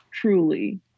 truly